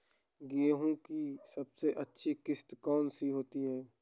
गेहूँ की सबसे अच्छी किश्त कौन सी होती है?